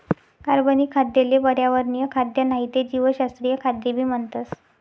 कार्बनिक खाद्य ले पर्यावरणीय खाद्य नाही ते जीवशास्त्रीय खाद्य भी म्हणतस